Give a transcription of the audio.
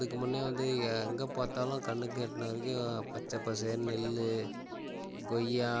அதுக்கு முன்னே வந்து எங்கே பார்த்தாலும் கண்ணுக்கு எட்டின வரைக்கும் பச்சை பசேல்னு நெல் கொய்யா